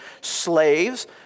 slaves